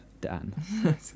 Dan